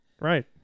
Right